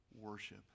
worship